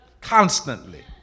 Constantly